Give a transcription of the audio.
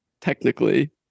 technically